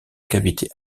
cavité